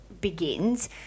begins –